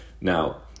Now